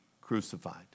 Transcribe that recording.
crucified